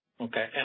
Okay